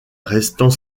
restant